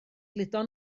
gludo